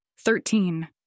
thirteen